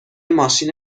ماشین